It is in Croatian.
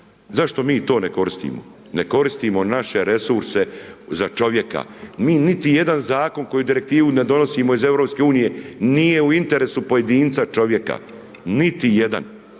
zašto mi to ne koristimo, ne koristimo naše resurse za čovjeka, mi niti jedan zakon koji direktivu ne donosimo iz europske unije nije u interesu pojedinca čovjeka, niti jedan,